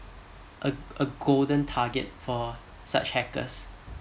a a golden target for such hackers